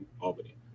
Albany